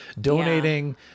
donating